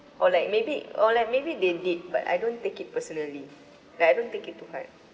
or like maybe or like maybe they did but I don't take it personally like I don't take it too hard